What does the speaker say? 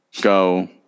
Go